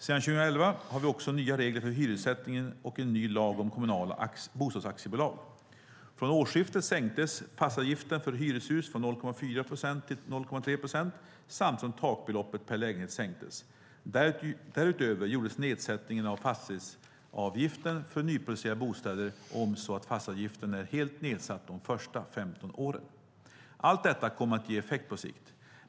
Sedan 2011 har vi också nya regler för hyressättningen och en ny lag om kommunala bostadsaktiebolag. Från årsskiftet sänktes fastighetsavgiften för hyreshus från 0,4 procent till 0,3 procent, samtidigt som takbeloppet per lägenhet sänktes. Därutöver gjordes nedsättningen av fastighetsavgiften för nyproducerade bostäder om, så att fastighetsavgiften är helt nedsatt de första 15 åren. Allt detta kommer att ge effekt på sikt.